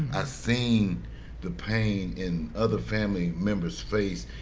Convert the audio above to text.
i seen the pain in other family members' face.